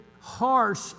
harsh